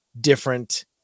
different